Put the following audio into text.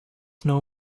know